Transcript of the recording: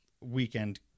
weekend